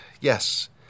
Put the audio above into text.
Yes